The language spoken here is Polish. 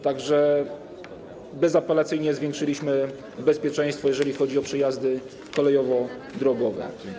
Tak że bezapelacyjnie zwiększyliśmy bezpieczeństwo, jeżeli chodzi o przejazdy kolejowo-drogowe.